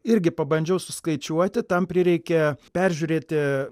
irgi pabandžiau suskaičiuoti tam prireikė peržiūrėti